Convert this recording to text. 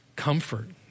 Comfort